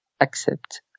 accept